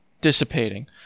dissipating